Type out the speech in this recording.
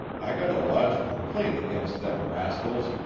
i got to lodge a complaint against them rascals,